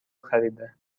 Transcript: خریده